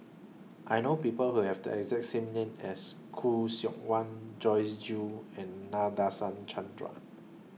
I know People Who Have The exact same name as Khoo Seok Wan Joyce Jue and Nadasen Chandra